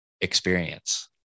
experience